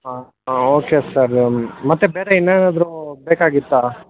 ಹಾಂ ಹಾಂ okay sir ಮತ್ತೆ ಬೇರೆ ಇನ್ನೇನಾದರೂ ಬೇಕಾಗಿತ್ತಾ